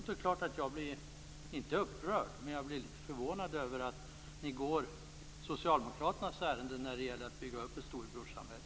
Det är klart att jag då blir, inte upprörd men litet förvånad över att ni går socialdemokraternas ärenden när det gäller att bygga upp ett storebrorssamhälle.